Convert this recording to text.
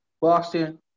Boston